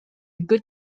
good